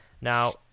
Now